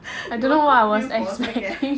don't confuse for a second leh